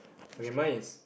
okay mine is